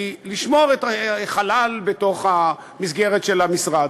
לשמור את החלל בתוך המסגרת של המשרד.